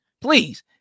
please